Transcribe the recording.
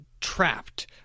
trapped